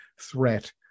threat